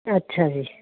ਅੱਛਾ ਜੀ